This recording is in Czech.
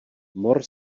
mor